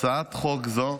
בהצעת חוק זו,